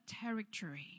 territory